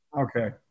Okay